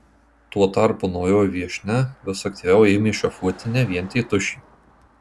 tuo tarpu naujoji viešnia vis aktyviau ėmė šefuoti ne vien tėtušį